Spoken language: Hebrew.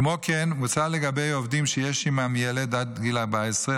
כמו כן מוצע לגבי עובדים שיש עימם ילד עד גיל 14,